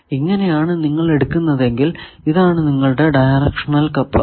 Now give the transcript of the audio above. ഇങ്ങനെ ആണ് നിങ്ങൾ എടുക്കുന്നതെങ്കിൽ ഇതാണ് നിങ്ങളുടെ ഡയറക്ഷണൽ കപ്ലർ